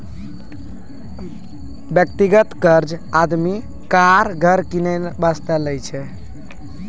व्यक्तिगत कर्जा आदमी कार, घर किनै बासतें लै छै